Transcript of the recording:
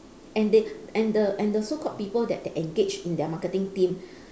and they and the and the so called people that they engaged in their marketing team